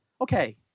okay